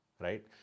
right